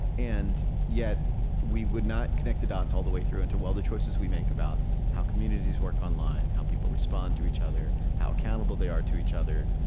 and yet we would not connect the dots all the way through into all the choices we make about how communities work online, how people respond to each other, how accountable they are to each other.